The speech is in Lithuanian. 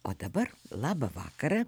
o dabar labą vakarą